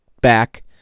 back